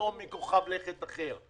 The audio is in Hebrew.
פתאום משהו מכוכב לכת אחר.